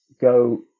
go